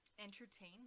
entertain